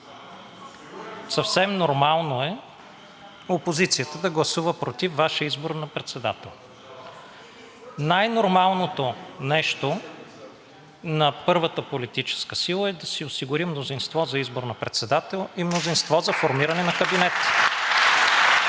Съвсем нормално е опозицията да гласува против Вашия избор на председател. Най-нормалното нещо на първата политическа сила е да си осигури мнозинство за избор на председател и мнозинство за формиране на кабинет.